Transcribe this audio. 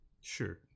Sure